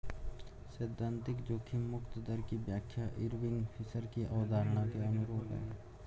सैद्धांतिक जोखिम मुक्त दर की व्याख्या इरविंग फिशर की अवधारणा के अनुरूप है